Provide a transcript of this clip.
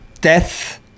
death